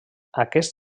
aquest